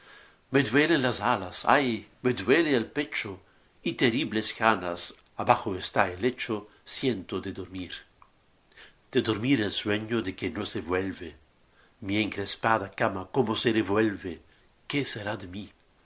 las alas ay me duele el pecho y terribles ganas abajo está el lecho siento de dormir de dormir el sueño de que no se vuelve mi encrespada cama como se revuelve qué será de mi